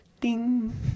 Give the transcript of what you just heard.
Ding